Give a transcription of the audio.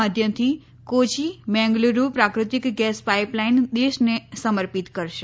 માધ્યમથી કોચી મેંગલુરુ પ્રાકૃતિક gas pipeline દેશને સમર્પિત કરશે